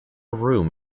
room